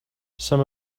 some